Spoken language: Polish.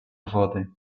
wody